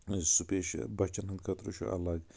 special بَچن ہٕنٛدۍ خٲطرٕ چھُ اَلگ